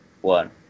one